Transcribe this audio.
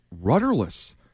rudderless